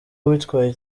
uwitwaye